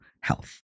health